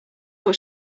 what